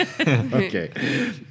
okay